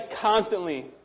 constantly